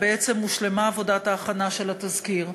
בעצם הושלמה עבודת ההכנה של התזכיר.